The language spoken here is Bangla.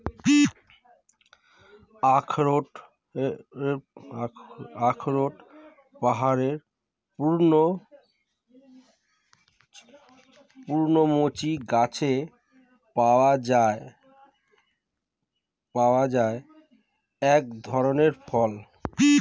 আখরোট পাহাড়ের পর্ণমোচী গাছে পাওয়া এক ধরনের ফল